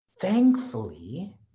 Thankfully